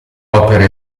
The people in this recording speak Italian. opera